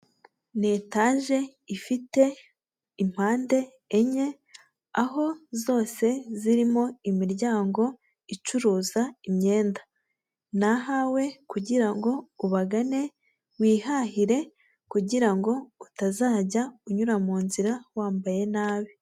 Ni etaje ifite impande enye aho zose zirimo imiryango icuruza imyenda ni ahawe kugira ngo ubagane wihahire kugira ngo utazajya unyura mu nzira wambaye nabi.